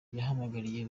yahamagariye